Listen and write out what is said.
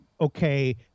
okay—